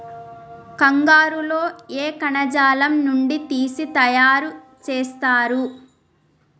కంగారు లో ఏ కణజాలం నుండి తీసి తయారు చేస్తారు?